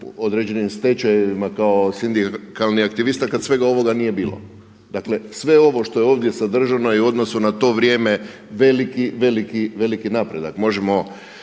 određenim stečajevima kao sindikalni aktivista kada svega ovoga nije bilo. Dakle sve ovo što je ovdje sadržano je u odnosu na to vrijeme veliki, veliki, veliki napredak.